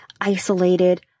isolated